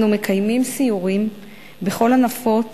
אנו מקיימים סיורים בכל הנפות